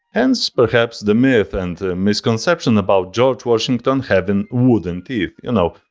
hence perhaps the myth and misconception about george washington having wooden teeth. you know,